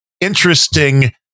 interesting